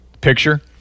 picture